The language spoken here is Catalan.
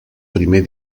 primer